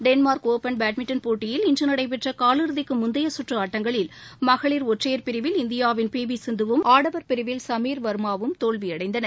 Denmark open badminton போட்டியில் இன்று நடைபெற்ற காலிறுதிக்கு முந்தைய சுற்று ஆட்டங்களில் மகளிர் ஒற்றையர் பிரிவில் இந்தியாவின் பி வி சிந்து வும் ஆடவர் பிரிவில் சமீர்வர்மா வும் தோல்வியடைந்தனர்